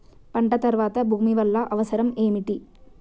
పంట తర్వాత భూమి వల్ల అవసరం ఏమిటి?